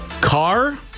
Car